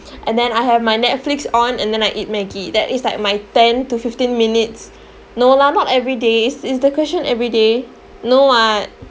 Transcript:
and then I have my Netflix on and then I eat Maggi that is like my ten to fifteen minutes no lah not every day is is the question every day no [what]